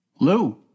Lou